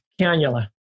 cannula